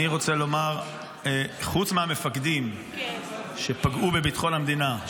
אני רוצה לומר: חוץ מהמפקדים שפגעו בביטחון המדינה,